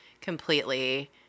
completely